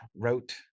wrote